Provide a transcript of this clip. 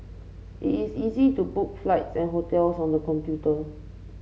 it is easy to book flights and hotels on the computer